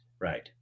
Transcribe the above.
right